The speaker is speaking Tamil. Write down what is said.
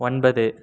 ஒன்பது